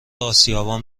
آسیابان